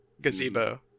Gazebo